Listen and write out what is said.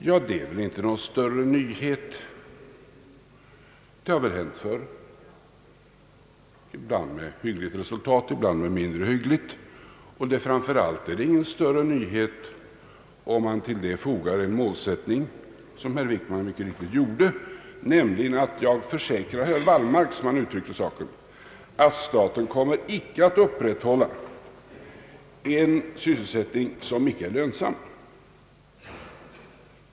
Ja, det är väl inte någon större nyhet — det har ju hänt förr, ibland med hyggligt resultat och ibland med mindre hyggligt. Framför allt är det ingen större nyhet om man till detta fogar en målsättning, vilket herr Wickman mycket riktigt gjorde, nämligen, som han uttryckte saken, att »jag försäkrar herr Wallmark att staten kommer icke att upprätthålla en sysselsättning som icke är lönsam».